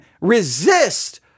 resist